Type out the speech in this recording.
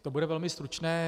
To bude velmi stručné.